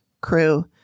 crew